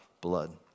blood